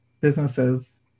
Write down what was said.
businesses